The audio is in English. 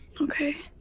okay